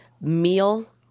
meal